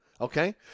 Okay